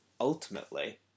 ultimately